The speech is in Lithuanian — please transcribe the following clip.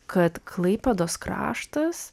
kad klaipėdos kraštas